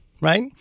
right